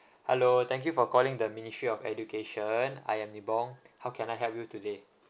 hello thank you for calling the ministry of education I am nee bong how can I help you today